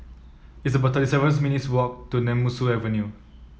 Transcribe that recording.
it's about seven minutes' walk to Nemesu Avenue